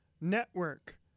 Network